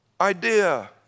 Idea